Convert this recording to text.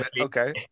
okay